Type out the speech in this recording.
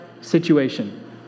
situation